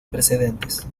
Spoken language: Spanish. precedentes